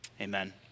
Amen